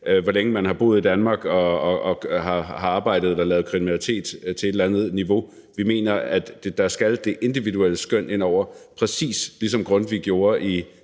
hvor længe man har arbejdet her, i forhold til om man har begået kriminalitet på et bestemt niveau. Vi mener, at der skal det individuelle skøn ind over, præcis ligesom Grundtvig gjorde